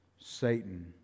Satan